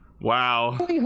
wow